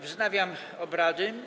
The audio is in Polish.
Wznawiam obrady.